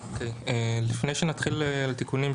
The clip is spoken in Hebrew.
לפני שנתחיל עם התיקונים,